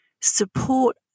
support